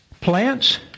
Plants